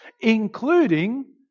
including